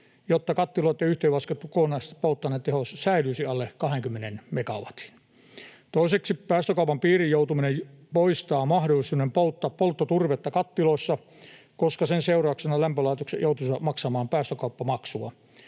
jotta kattiloitten yhteenlaskettu kokonaispolttoaineteho säilyisi alle 20 megawatin. Toiseksi päästökaupan piiriin joutuminen poistaa mahdollisuuden polttaa polttoturvetta kattiloissa, koska sen seurauksena lämpölaitokset joutuisivat maksamaan päästökauppamaksua.